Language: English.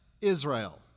Israel